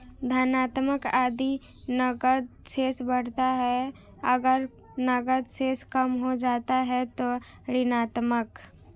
धनात्मक यदि नकद शेष बढ़ता है, अगर नकद शेष कम हो जाता है तो ऋणात्मक